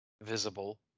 visible